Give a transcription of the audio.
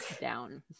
down